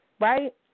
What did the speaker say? right